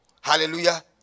Hallelujah